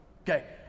Okay